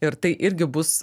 ir tai irgi bus